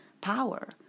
power